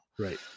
Right